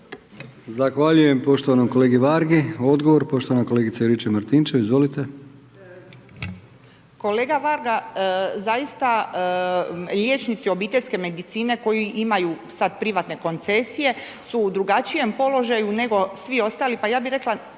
Zahvaljujem poštovanom kolegi Vargi. Odgovor, poštovana kolegica Juričev-Martinčev. **Juričev-Martinčev, Branka (HDZ)** Kolega Varga, zaista liječnici obiteljske medicine koji imaju sad privatne koncesije su u drugačijem položaju nego svi ostali, pa ja bih rekla